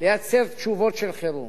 לייצב תשובות של חירום.